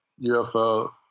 UFO